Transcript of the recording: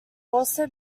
also